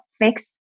fix